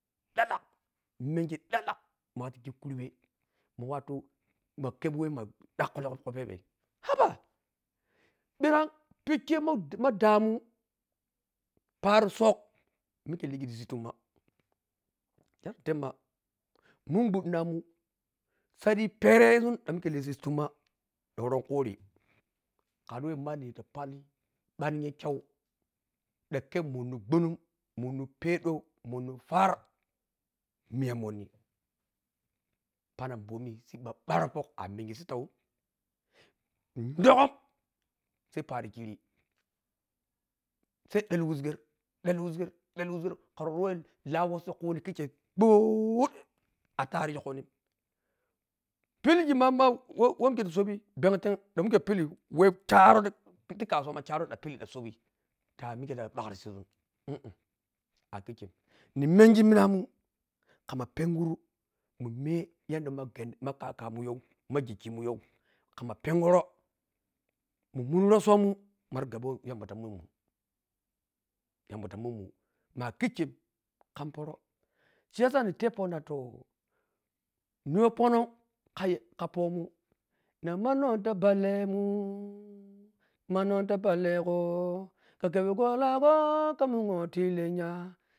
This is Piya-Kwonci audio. Dhalak menge dhalak mawatu khikurbe ma watu makebiwah m dhkulo khiphebe haba bhiran pekhe ma dhmun perisun mikheligi risi tumma dahnitepma mingudhinamun sadhi perisun dhanworun khuri khariwah mannita pllu bhnni kyau dhnkyemon munnu gunum, pedhau, thar miya monny periam bomi siƀƀa bharojok a mengi sittaun dhoghom sai parikhiri sai dhali wisgar dhali wisgar dhali wisgar khari wari wah lah wohso khuni khikhe ghuuu-dhe a tarig khuni pelgi ma-ma wah wah mikhe ti sobi bhenthent dhahmikhe sobi wah kyarow ti ksuwa m kyaroa dhank mikhe peli dhank sobi tah mikhe ta bhak. ri siʒun “um-um” a khikhen nemengi minamun khamma penghuru munmey yadda m kyen ma kakmunyho m gikhimunyho khamma penghuro munmuni rhosomun maraghabi yanda wah yamba t munmun yamba ta munmun ma’akhikhem khmphoro siyasa nhitypo na to nhiyho phonok khayha khaphomun nha”singing manhoh ta bllemuuu-manhoh ta ballegooo- kepgho lahgho khan munhiti lennyaaa